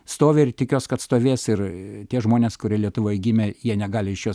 stovi ir tikiuosi kad stovės ir ee tie žmonės kurie lietuvoje gimę jie negali iš jos